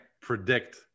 predict